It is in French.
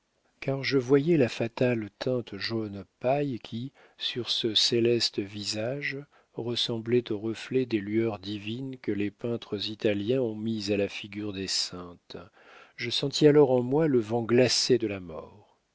car je voyais la fatale teinte jaune paille qui sur ce céleste visage ressemblait au reflet des lueurs divines que les peintres italiens ont mises à la figure des saintes je sentis alors en moi le vent glacé de la mort